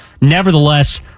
Nevertheless